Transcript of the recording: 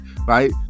right